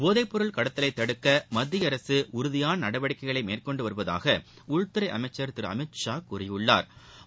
போதைப்பொருள் கடத்தலை தடுக்க மத்திய அரசு உறுதியான நடவடிக்கைகளை மேற்கொண்டு வருவதாக உள்துறை அமைச்சா் திரு அமித்ஷா கூறியுள்ளாா்